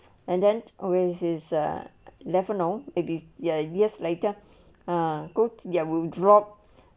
and then oasis a lafino ibis ya years later ah go to ya will drop